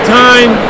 time